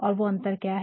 और वो अंतर क्या है